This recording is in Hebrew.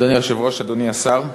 אדוני היושב-ראש, אדוני השר,